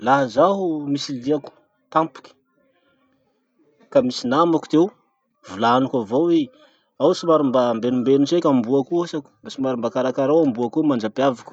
Laha zaho misy liako tampoky ka misy namako ty eo, volaniko avao i, ao somary mba embembeno tseky amboako io hoasako, mba somary mba karakarao amboako io mandrapiaviko.